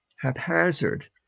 haphazard